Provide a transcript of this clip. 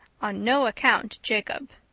on no account jacob.